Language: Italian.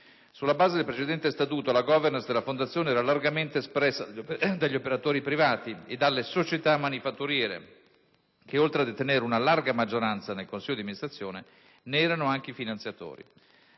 Sulla base del precedente Statuto, la *governance* della Fondazione era largamente espressa dagli operatori privati e dalle società manifatturiere che, oltre a detenere una larga maggioranza nel consiglio di amministrazione, ne erano anche i finanziatori.